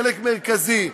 חלק מרכזי,